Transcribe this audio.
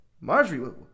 Marjorie